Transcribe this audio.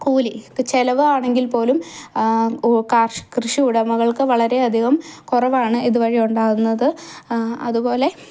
കൂലി ചെലവാണെങ്കിൽ പോലും കർഷകർ കൃഷിയുടമകൾക്ക് വളരെ അധികം കുറവാണ് ഇതുവഴി ഉണ്ടാകുന്നത് അതുപോലെ